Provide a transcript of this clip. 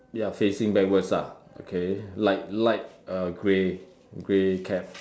ya facing backwards lah okay like light uh grey grey cap